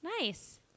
Nice